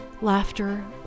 laughter